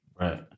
right